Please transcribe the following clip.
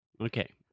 Okay